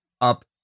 up